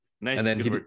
Nice